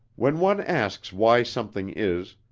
when one asks why something is,